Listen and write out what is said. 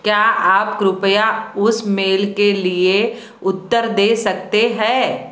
क्या आप कृपया उस मेल के लिए उत्तर दे सकते हैं